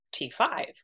T5